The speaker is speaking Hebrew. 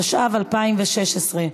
התשע"ו 2016,